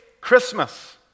Christmas